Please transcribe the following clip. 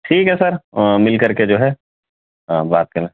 ٹھیک ہے سر مل کر کے جو ہے بات کریں